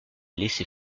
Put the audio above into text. laisser